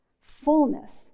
fullness